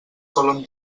solen